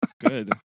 Good